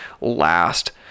last